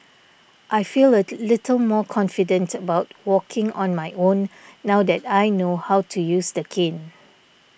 I feel a little more confident about walking on my own now that I know how to use the cane